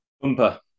Bumper